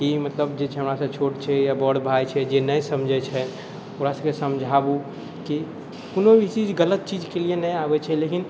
कि मतलब जे छै हमरासँ छोट छै या बड़ भाय छै जे नहि समझै छै ओकरासभके समझाबू कि कोनो भी चीज गलत चीजके लिए नहि आबै छै लेकिन